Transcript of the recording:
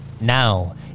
now